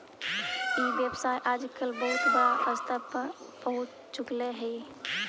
ई व्यवसाय आजकल बहुत बड़ा स्तर पर पहुँच चुकले हइ